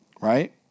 Right